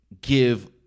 give